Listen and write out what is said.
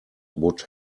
would